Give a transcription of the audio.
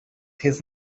his